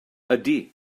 ydy